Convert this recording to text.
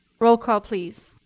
roll call, please.